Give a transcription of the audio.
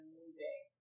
moving